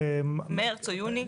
מרץ או יוני?